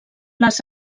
les